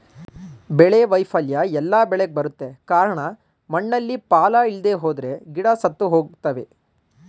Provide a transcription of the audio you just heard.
ಬೆಳೆ ವೈಫಲ್ಯ ಎಲ್ಲ ಬೆಳೆಗ್ ಬರುತ್ತೆ ಕಾರ್ಣ ಮಣ್ಣಲ್ಲಿ ಪಾಲ ಇಲ್ದೆಹೋದ್ರೆ ಗಿಡ ಸತ್ತುಹೋಗ್ತವೆ